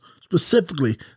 specifically